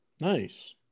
Nice